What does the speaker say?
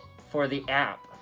for the app.